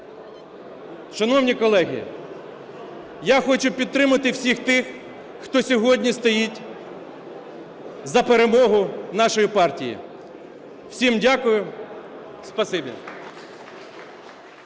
Шановні колеги, я хочу підтримати всіх тих, хто сьогодні стоїть за перемогу нашої партії. Всім дякую! Спасибі.